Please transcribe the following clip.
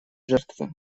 жертвы